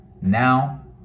now